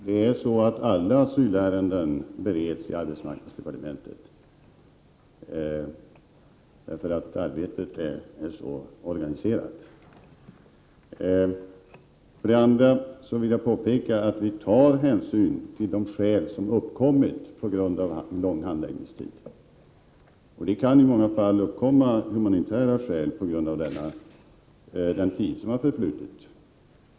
Herr talman! Alla asylärenden bereds i arbetsmarknadsdepartementet — arbetet är så organiserat. Jag vill påpeka att vi tar hänsyn till de skäl som uppkommit på grund av långa handläggningstider. Det kan i många fall uppkomma humanitära skäl på grund av den tid som har förflutit.